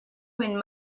when